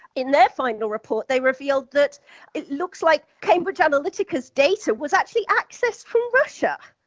in their final report, they revealed that it looks like cambridge analytica's data was actually accessed from russia.